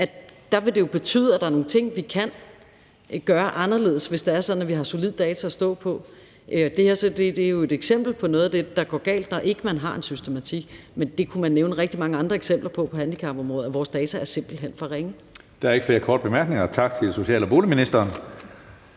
at der vil det betyde, at der er nogle ting, vi kan gøre anderledes, hvis det er sådan, at vi har solid data at stå på. Det her er jo så et eksempel på noget af det, der går galt, når man ikke har en systematik. Men der kunne man nævne rigtig mange andre eksempler fra handicapområdet på, at vores data simpelt hen er for ringe. Kl. 17:16 Tredje næstformand (Karsten Hønge): Der er ikke flere korte bemærkninger. Tak til social og boligministeren.